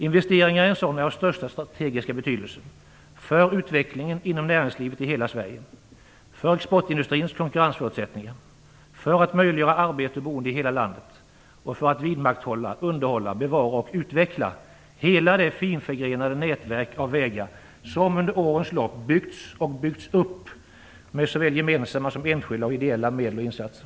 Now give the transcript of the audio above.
Investeringar i en sådan är av största strategiska betydelse för utvecklingen inom näringslivet i hela Sverige, för exportindustrins konkurrensförutsättningar, för att möjliggöra arbete och boende i hela landet och för att vidmakthålla, underhålla, bevara och utveckla hela det finförgrenade nätverk av vägar som under årens lopp byggts upp med såväl gemensamma som enskilda och ideella medel och insatser.